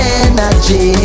energy